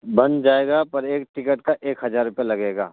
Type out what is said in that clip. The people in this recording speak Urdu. بن جائے گا پر ایک ٹکٹ کا ایک ہزار روپیہ لگے گا